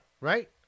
Right